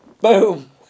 Boom